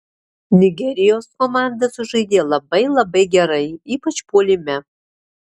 nigerijos komanda sužaidė labai labai gerai ypač puolime